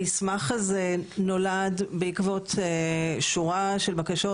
המסמך הזה נולד בעקבות שורה של בקשות,